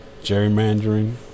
Gerrymandering